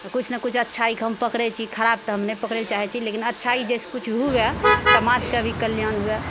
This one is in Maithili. आ कुछ नऽ कुछ अच्छाइके हम पकड़ैत छी खराब तऽ हम नहि पकड़य चाहैत छी लेकिन अच्छाइ जाहिसँ कुछ हुए समाजके भी कल्याण हुए